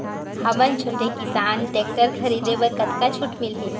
हमन छोटे किसान टेक्टर खरीदे बर कतका छूट मिलही?